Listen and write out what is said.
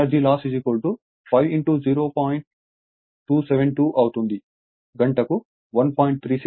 272 అవుతుంది కాబట్టి గంటకు 1